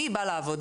מי בא לעבודה,